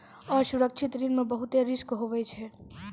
असुरक्षित ऋण मे बहुते रिस्क हुवै छै